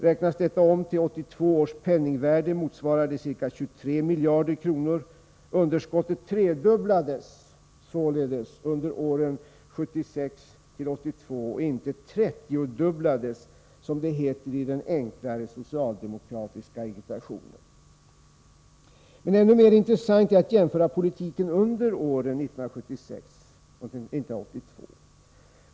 Räknas detta om till 1982 års penningvärde motsvarar det ca 23 miljarder kronor. Underskottet trefaldigades således under åren 1976-1982, det trettiofaldigades inte som det heter i den enklare socialdemokratiska agitationen. Men ännu mer intressant är det att jämföra politiken under åren 1976-1982.